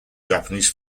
japanese